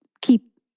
keep